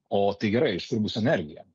o tai gerai iš kur bus energija